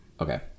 Okay